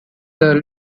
the